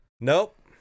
Nope